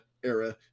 era